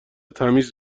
تمیز